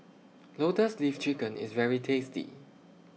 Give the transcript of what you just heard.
Lotus Leaf Chicken IS very tasty